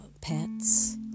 pets